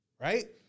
Right